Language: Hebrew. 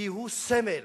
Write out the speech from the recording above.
כי הוא סמל